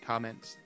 Comments